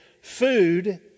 food